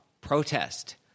protest